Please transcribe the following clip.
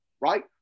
right